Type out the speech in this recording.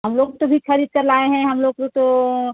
हम लोग तो भी खरीद कर लाए हैं हम लोग तो